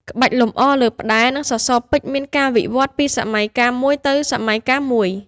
ក្បាច់លម្អលើផ្តែរ និងសសរពេជ្រមានការវិវត្តន៍ពីសម័យកាលមួយទៅសម័យកាលមួយ។